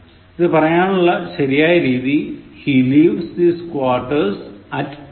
ഇത് പറയാനുള്ള ശരിയായ രീതി He leaves his quarters at 800a